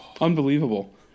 Unbelievable